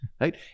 right